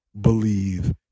believe